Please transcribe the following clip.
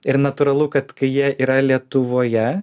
ir natūralu kad kai jie yra lietuvoje